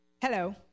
Hello